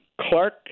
Clark